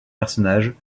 personnages